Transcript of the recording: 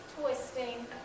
twisting